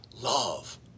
love